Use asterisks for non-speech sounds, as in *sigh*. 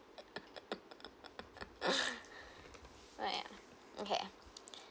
*laughs* *breath* right okay *breath*